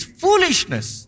foolishness